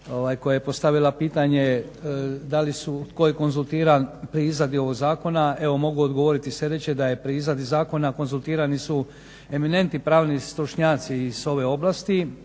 koja je postavila pitanje da li su, tko je konzultiran pri izradi ovog Zakona. Evo mogu odgovoriti sljedeće, da je pri izradi zakona konzultirani su eminentni pravni stručnjaci iz ove oblasti,